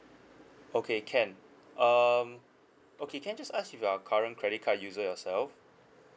okay can um okay can I just ask if you are current credit card user yourself